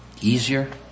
easier